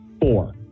four